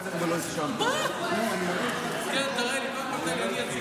אני מתכבד